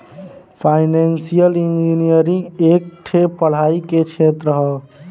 financial engineering एक ठे पढ़ाई के क्षेत्र हौ